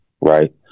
right